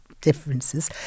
differences